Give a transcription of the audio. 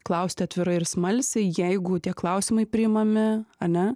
klausti atvirai ir smalsiai jeigu tie klausimai priimami ane